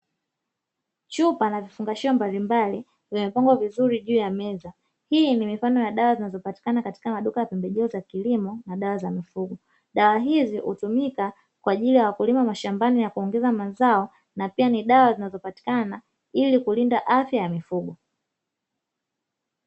Chupa na vifungashio mbalimbali vimepangwa vizuri juu ya meza hii ni mifano ya dawa zinazopatikana katika maduka ya pembejeo za kilimo na dawa za mifugo. dawa hizi hutumika kwa ajili ya wakulima mashambani na kuongeza mazao na pia ni dawa zinazopatikana ili kulinda afya ya mifugo.